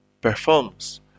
performs